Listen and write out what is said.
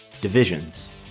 divisions